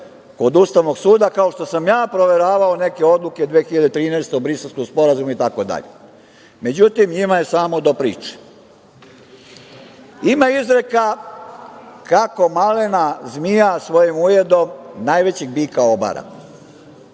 kod Ustavnog suda kao što sam ja proveravao neke odluke 2013. o Briselskom sporazumu i tako dalje. Međutim, njima je samo do priče. Ima izreka - kako malena zmija svojim ujedom najvećeg bika obara.